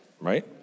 Right